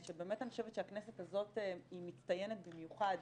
שבאמת אני חושבת שהכנסת הזאת היא מצטיינת במיוחד